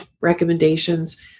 recommendations